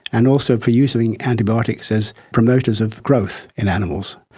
and also for using antibiotics as promoters of growth in animals.